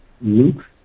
Luke